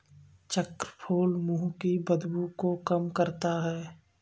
चक्रफूल मुंह की बदबू को कम करता है